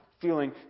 feeling